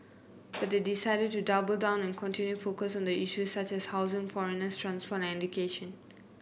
but they decided to double down and continue focus on the issues such as housing foreigners transport and education